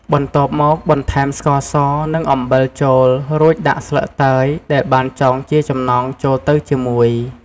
បន្ទាប់មកបន្ថែម ស្ករស និង អំបិល ចូល រួចដាក់ស្លឹកតើយ ដែលបានចងជាចំណងចូលទៅជាមួយ។